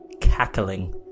cackling